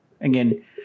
again